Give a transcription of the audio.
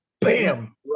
Bam